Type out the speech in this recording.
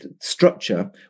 structure